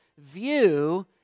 view